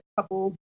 couple